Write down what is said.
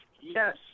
Yes